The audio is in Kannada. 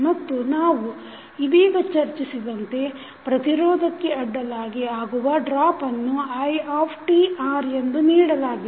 ಮತ್ತು ನಾವು ಇದೀಗ ಚರ್ಚಿಸಿದಂತೆ ಪ್ರತಿರೋಧಕಕ್ಕೆ ಅಡ್ಡಲಾಗಿ ಆಗುವ ಡ್ರಾಪ್ ಅನ್ನು itR ಎಂದು ನೀಡಲಾಗಿದೆ